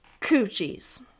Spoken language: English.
coochies